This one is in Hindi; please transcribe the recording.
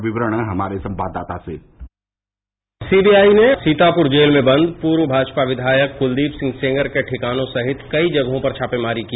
और विवरण हमारे संवाददाता से सीबीआई ने सीतापूर जेल में बंद पूर्व भाजपा विधायक कुलदीप सिंह सेंगर के ठिकानों सहित कई जगहों पर छापे मारे की